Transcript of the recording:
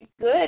good